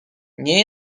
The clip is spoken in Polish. nie